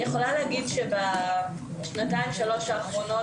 אני יכולה להגיד שבשנתיים-שלוש האחרונות,